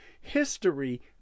history